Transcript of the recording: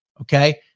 Okay